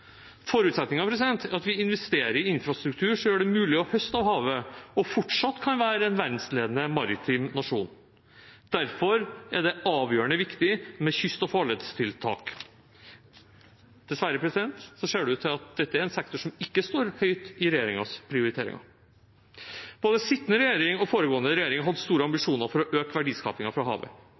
havnæringer. Forutsetningen er at vi investerer i infrastruktur som gjør det mulig å høste av havet, og at vi fortsatt kan være en verdensledende maritim nasjon. Derfor er det avgjørende viktig med kyst- og farledstiltak. Dessverre ser det ut til at dette er en sektor som ikke står høyt i regjeringens prioriteringer. Både sittende regjering og foregående regjering hadde store ambisjoner om å øke verdiskapingen fra havet.